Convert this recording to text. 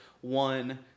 one